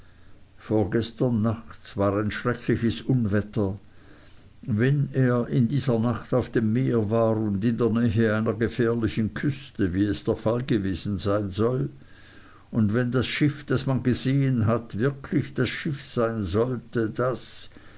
vorgestern nachts war ein schreckliches unwetter wenn er in dieser nacht auf dem meer war und in der nähe einer gefährlichen küste wie es der fall gewesen sein soll und wenn das schiff das man gesehen hat wirklich das schiff sein sollte das